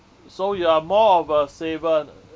so you are more of a saver